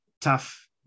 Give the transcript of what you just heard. tough